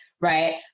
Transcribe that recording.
right